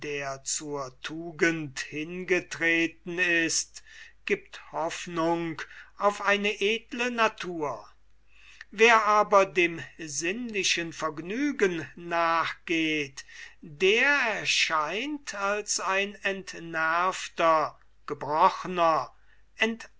zur tugend hingetreten ist gibt hoffnung auf eine edle natur wer dem sinnlichen vergnügen nachgeht der erscheint als ein entnervter gebrochner